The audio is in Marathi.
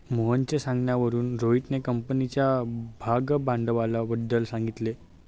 मोहनच्या सांगण्यावरून रोहितने कंपनीच्या भागभांडवलाबद्दल सांगितले